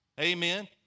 Amen